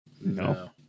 No